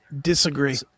Disagree